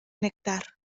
néctar